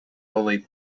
only